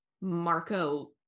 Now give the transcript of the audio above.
Marco